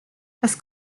das